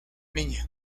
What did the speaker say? niña